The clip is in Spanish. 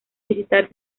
visitar